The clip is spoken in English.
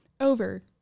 Over